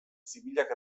zibilak